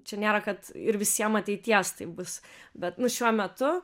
čia nėra kad ir visiem ateities taip bus bet šiuo metu